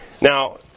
Now